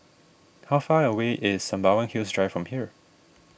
how far away is Sembawang Hills Drive from here